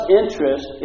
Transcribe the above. interest